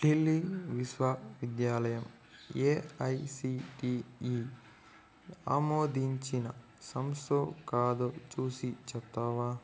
ఢిల్లీ విశ్వ విద్యాలయం ఏఐసిటిఈ ఆమోదించిన సంసో కాదో చూసి చెప్తావా